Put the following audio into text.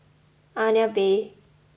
Agnes B